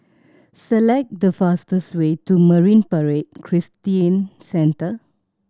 select the fastest way to Marine Parade Christian Centre